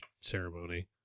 ceremony